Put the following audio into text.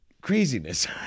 craziness